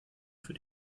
für